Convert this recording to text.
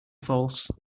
false